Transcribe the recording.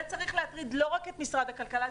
זה צריך להטריד לא רק את משרד הכלכלה,